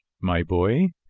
my boy,